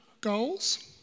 goals